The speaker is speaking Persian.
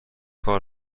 کار